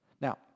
Now